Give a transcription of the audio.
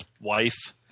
wife